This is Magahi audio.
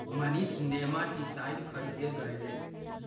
मनीष नेमाटीसाइड खरीदे गय लय